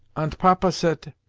ant papa sayt,